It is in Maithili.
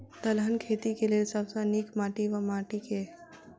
दलहन खेती केँ लेल सब सऽ नीक माटि वा माटि केँ?